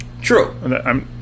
True